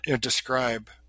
describe